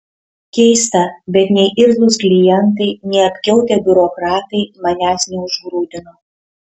keista bet nei irzlūs klientai nei apkiautę biurokratai manęs neužgrūdino